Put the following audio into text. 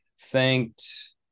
thanked